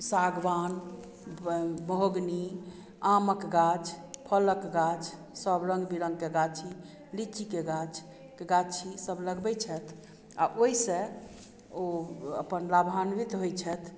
सागवान मोहगनी आमक गाछ फलक गाछ सब रंग बिरंग के गाछी लीची के गाछ के गाछी सब लगबै छथि आ ओहिसँ ओ अपन लाभान्वित होइ छथि